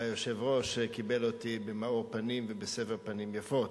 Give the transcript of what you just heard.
והיושב-ראש קיבל אותי במאור פנים ובסבר פנים יפות.